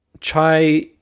Chai